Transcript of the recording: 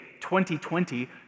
2020